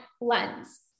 lens